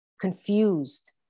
confused